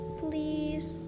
please